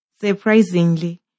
Surprisingly